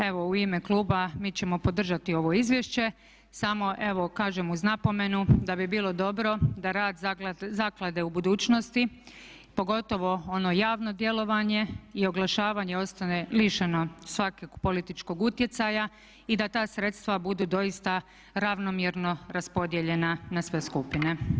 Evo u ime kluba mi ćemo podržati ovo izvješće samo evo kažem uz napomenu da bi bilo dobro da rad zaklade u budućnost, pogotovo ono javno djelovanje i oglašavanje ostane lišeno svakog političkog utjecaja i da ta sredstva budu doista ravnomjerno raspodijeljena na sve skupne.